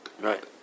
Right